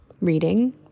reading